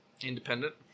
independent